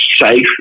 safe